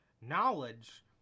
knowledge